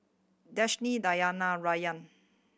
Danish Diyana Rayyan